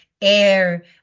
air